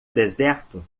deserto